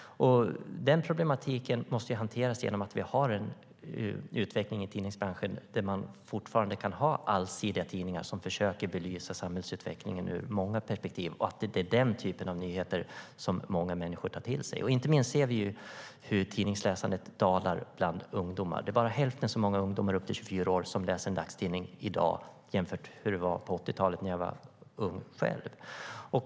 Den problematiken måste hanteras genom att vi har en utveckling i tidningsbranschen där man fortfarande kan ha allsidiga tidningar som försöker belysa samhällsutvecklingen ur många perspektiv och att det är den typen av nyheter som många människor tar till sig. Inte minst ser vi hur tidningsläsandet dalar bland ungdomar. Det är bara hälften så många ungdomar upp till 24 år som läser en dagstidning i dag jämfört med hur det var på 80-talet, när jag var ung själv.